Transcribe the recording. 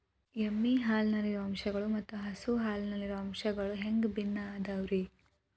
ಎಮ್ಮೆ ಹಾಲಿನಲ್ಲಿರೋ ಅಂಶಗಳು ಮತ್ತ ಹಸು ಹಾಲಿನಲ್ಲಿರೋ ಅಂಶಗಳಿಗಿಂತ ಹ್ಯಾಂಗ ಭಿನ್ನ ಅದಾವ್ರಿ?